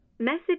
Message